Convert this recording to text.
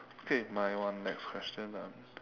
okay my one next question ah